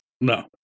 No